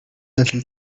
little